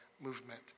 movement